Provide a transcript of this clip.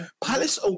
Palace